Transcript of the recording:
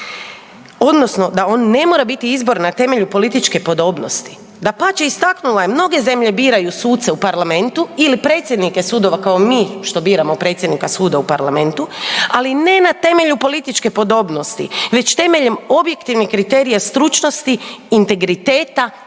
odnosno da on ne mora biti izbor na temelju političke podobnosti. Dapače, istaknula je, mnoge zemlje biraju suce u parlamentu ili predsjednike sudova, kao mi što biramo predsjednika suda u parlamentu, ali ne na temelju političke podobnosti već temeljem objektivnih kriterija stručnosti, integriteta